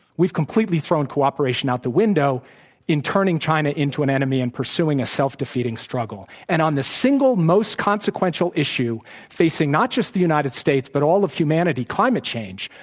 we've completely thrown cooperation out the window in turning china into an enemy and pursuing a self-defeating struggle and on the single-most consequential issue facing not just the united states but all of humanity, climate change,